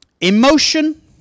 emotion